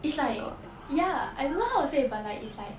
it's like ya I don't know how to say but like it's like